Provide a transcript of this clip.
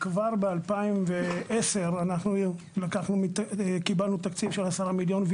כבר ב-2010 קיבלנו תקציב של 10,000,000